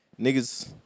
niggas